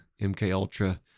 MKUltra